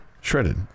Shredded